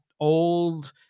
old